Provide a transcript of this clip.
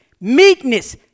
meekness